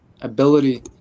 ability